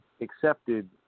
accepted